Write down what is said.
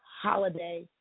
holiday